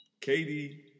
Katie